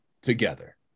Together